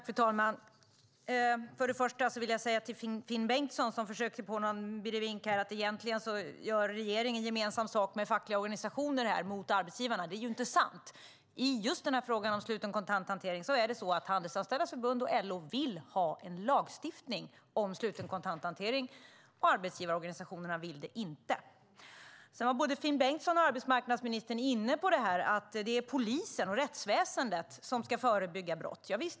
Fru talman! Finn Bengtsson försökte göra gällande att regeringen egentligen gör gemensam sak med fackliga organisationer mot arbetsgivarna. Det är inte sant. Handelsanställdas förbund och LO vill ha en lagstiftning om sluten kontanthantering. Arbetsgivarorganisationerna vill det inte. Både Finn Bengtsson och arbetsmarknadsministern var inne på att det är polisen och rättsväsendet som ska förebygga brott.